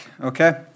okay